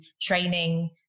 training